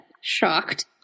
shocked